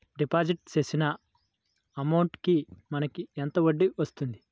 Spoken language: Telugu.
డిపాజిట్ చేసిన అమౌంట్ కి మనకి ఎంత వడ్డీ వస్తుంది?